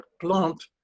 plant